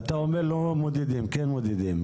אתה אומר שלא מודדים, אבל כן מודדים.